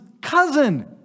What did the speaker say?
cousin